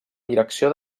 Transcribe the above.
direcció